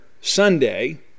Sunday